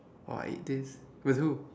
!wah! eight days with who